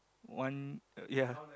one uh ya